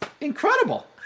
Incredible